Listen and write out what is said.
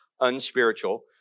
unspiritual